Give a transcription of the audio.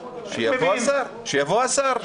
שיבוא השר.